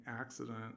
accident